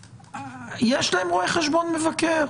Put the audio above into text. יש להם רואה חשבון מבקר.